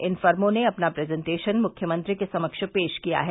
इन फर्मो ने अपना प्रजेंटेशन मुख्यमंत्री के समक्ष पेश किया है